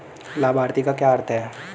लाभार्थी का क्या अर्थ है?